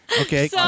Okay